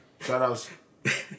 Shout-outs